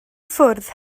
ffwrdd